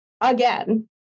again